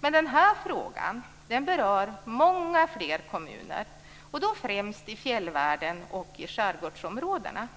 Men frågan berör många fler kommuner, främst i fjällvärlden och i skärgårdsområdena.